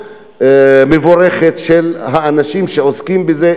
המאוד-מבורכת של האנשים שעוסקים בזה,